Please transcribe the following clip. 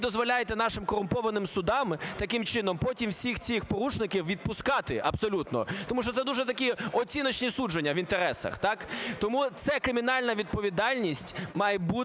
дозволяєте нашим корумпованим судам таким чином потім всіх цих порушників відпускати абсолютно, тому що це дуже такі оціночні судження в інтересах – так? Тому це – кримінальна відповідальність має бути